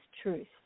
truth